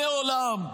מעולם.